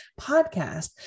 podcast